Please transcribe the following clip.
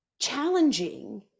challenging